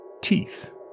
Teeth